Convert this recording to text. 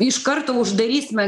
iš karto uždarysime